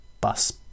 Bus